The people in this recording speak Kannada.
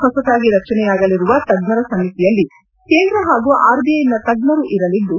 ಹೊಸತಾಗಿ ರಚನೆಯಾಗಲಿರುವ ತಜ್ಞರ ಸಮಿತಿಯಲ್ಲಿ ಕೇಂದ್ರ ಹಾಗೂ ಆರ್ಬಿಐನ ತಜ್ಞರು ಇರಲಿದ್ದು